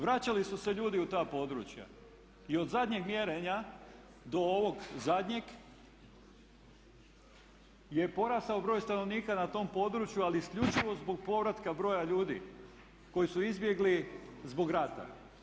Vraćali su se ljudi u ta područja i od zadnjeg mjerenja do ovog zadnjeg je porastao broj stanovnika na tom području ali isključivo zbog povratka broja ljudi koji su izbjegli zbog rata.